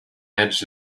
edge